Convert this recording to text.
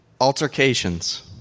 altercations